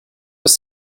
ist